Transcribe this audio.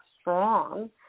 strong